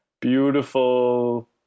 beautiful